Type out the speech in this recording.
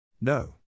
No